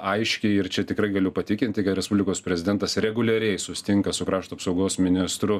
aiški ir čia tikrai galiu patikinti kad respublikos prezidentas reguliariai susitinka su krašto apsaugos ministru